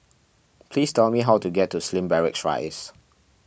please tell me how to get to Slim Barracks Rise